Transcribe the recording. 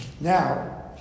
now